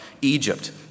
Egypt